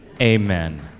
Amen